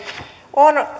on